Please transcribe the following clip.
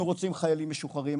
אנחנו רוצים חיילים משוחררים,